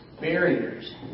barriers